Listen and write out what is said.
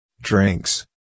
drinks